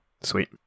Sweet